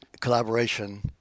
collaboration